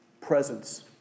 presence